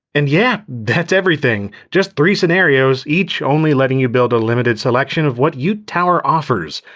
and yeah, that's everything. just three scenarios, each only letting you build a limited selection of what yoot tower offers.